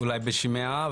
אולי בשמיעה.